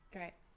Great